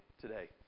today